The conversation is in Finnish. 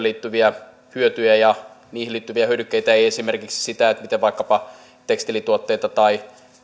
liittyviä hyötyjä ja niihin liittyviä hyödykkeitä ei esimerkiksi sitä miten vaikkapa tekstiilituotteiden tai